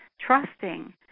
trusting